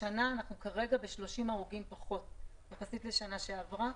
השנה אנחנו כרגע ב-30 הרוגים פחות יחסית לשנה שעברה,